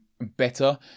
better